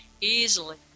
easily